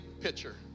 pitcher